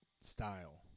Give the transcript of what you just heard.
style